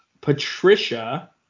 Patricia